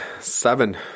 seven